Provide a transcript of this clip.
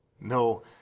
No